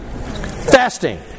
Fasting